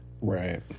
right